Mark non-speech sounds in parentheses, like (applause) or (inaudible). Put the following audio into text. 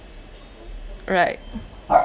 right (noise)